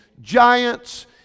giants